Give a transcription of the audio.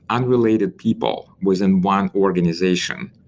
unrelated people within one organization.